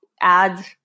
ads